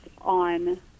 on